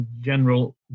general